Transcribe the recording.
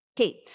Okay